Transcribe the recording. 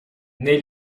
nei